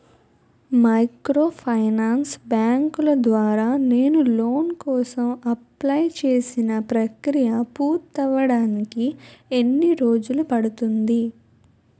Microfinance బ్యాంకుల ద్వారా నేను లోన్ కోసం అప్లయ్ చేసిన ప్రక్రియ పూర్తవడానికి ఎన్ని రోజులు పడుతుంది?